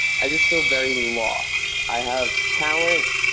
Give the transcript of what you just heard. i just feel very law i have talent.